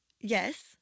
Yes